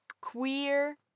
queer